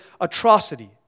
atrocity